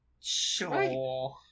Sure